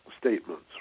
statements